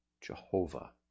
Jehovah